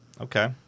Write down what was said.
Okay